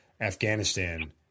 Afghanistan